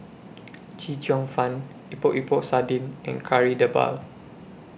Chee Cheong Fun Epok Epok Sardin and Kari Debal